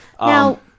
Now